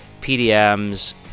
PDMs